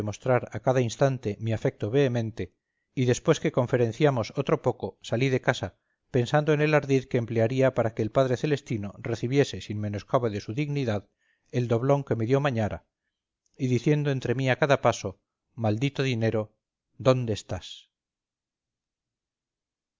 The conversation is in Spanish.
a cada instante mi afecto vehemente y después que conferenciamos otro poco salí de casa pensando en el ardid que emplearía para que el padre